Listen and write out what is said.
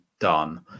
done